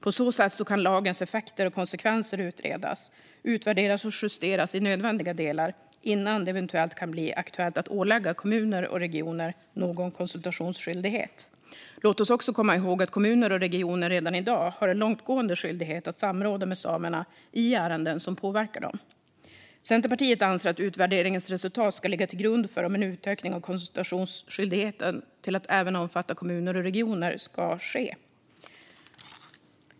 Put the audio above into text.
På så sätt kan lagens effekter och konsekvenser utredas, utvärderas och justeras i nödvändiga delar innan det kan bli aktuellt att ålägga kommuner och regioner någon konsultationsskyldighet. Låt oss komma ihåg att kommuner och regioner redan i dag har en långtgående skyldighet att samråda med samer i ärenden som påverkar dem. Centerpartiet anser att utvärderingens resultat ska ligga till grund för om en utökning av konsultationsskyldigheten till att även omfatta kommuner och regioner ska ske.